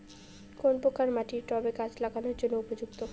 কোন প্রকার মাটি টবে গাছ লাগানোর জন্য উপযুক্ত?